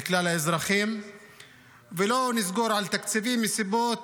כלל האזרחים ולא נסגור על תקציבים מסיבות